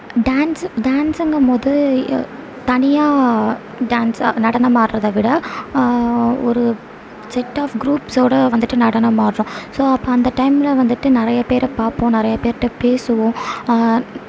dance டான்ஸுங்கும்போது தனியாக டான்ஸாக நடனம் ஆட்றதை விட ஒரு செட் ஆஃப் குரூப்ஸோட வந்துவிட்டு நடனம் ஆட்றோம் ஸோ அப்போ அந்த டைமில் வந்துவிட்டு நிறையா பேரை பார்ப்போம் நிறையா பேர்கிட்ட பேசுவோம்